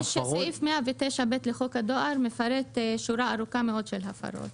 סעיף 109ב לחוק הדואר מפרט שורה ארוכה מאוד של הפרות.